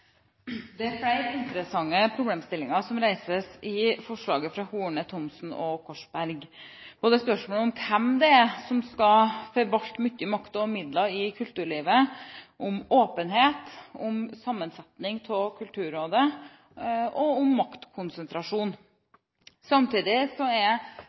Det er flere interessante problemstillinger som reises i forslaget fra representantene Horne, Thomsen og Korsberg, både spørsmålet om hvem som skal forvalte, ha mye makt over, midlene i kulturlivet, om åpenhet, om sammensetningen av Kulturrådet og om maktkonsentrasjon. Samtidig er